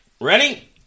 Ready